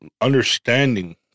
understanding